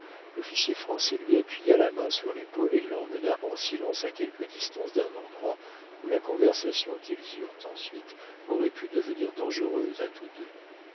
l'officier français lui appuya la main sur l'épaule et l'emmena en silence à quelque distance d'un endroit où la conversation qu'ils eurent ensuite aurait pu devenir dangereuse à tous deux